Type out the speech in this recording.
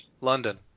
London